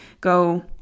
go